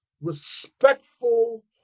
respectful